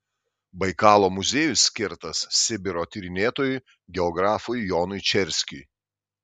baikalo muziejus skirtas sibiro tyrinėtojui geografui jonui čerskiui